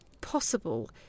possible